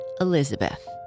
Elizabeth